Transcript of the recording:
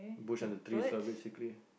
bush and the trees lah basically